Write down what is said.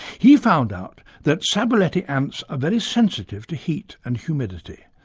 he found out that sabuleti ants are very sensitive to heat and humidity.